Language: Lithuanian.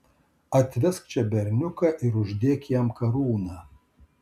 atvesk čia berniuką ir uždėk jam karūną